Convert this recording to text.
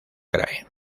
krai